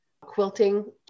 quilting